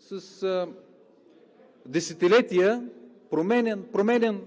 с десетилетия променян,